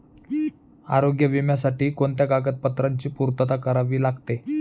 आरोग्य विम्यासाठी कोणत्या कागदपत्रांची पूर्तता करावी लागते?